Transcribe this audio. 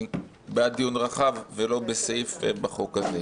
אני בעד דיון רחב ולא בסעיף בחוק הזה.